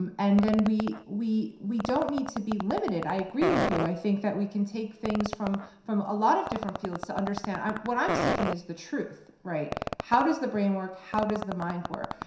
um and then we we we don't need to be limited. i agree with you. i think that we can take things from from a lot of different fields to understand what i'm seeking is the truth, right? how does the brain work? how does the mind work?